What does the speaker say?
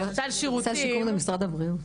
סל שיקום זה משרד הבריאות.